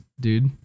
dude